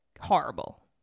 horrible